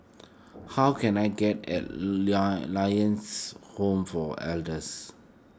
how can I get Lions Home for Elders